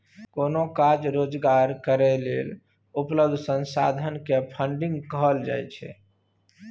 कोनो काज रोजगार करै लेल उपलब्ध संसाधन के फन्डिंग कहल जाइत छइ